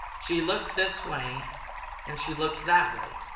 she looked this way and she looked that way,